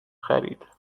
خرید